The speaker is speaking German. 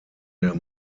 der